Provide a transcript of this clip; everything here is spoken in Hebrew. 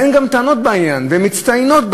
אין גם טענות בעניין, והן מצטיינות,